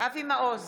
אבי מעוז,